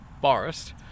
forest